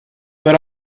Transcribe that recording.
but